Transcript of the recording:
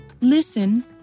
listen